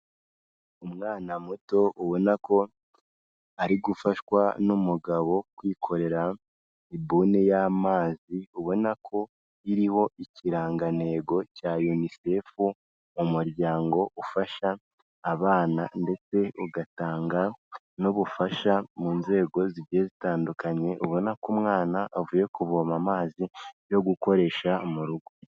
Umwana muto ubona ko, ari gufashwa n'umugabo kwikorera ibuni y'amazi, ubona ko iriho ikirangantego cya UNICEF, umuryango ufasha abana ndetse ugatanga n'ubufasha mu nzego zigiye zitandukanye, ubona ko umwana avuye kuvoma amazi yo gukoresha mu rugo.